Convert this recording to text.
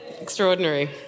Extraordinary